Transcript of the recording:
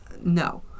No